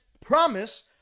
promise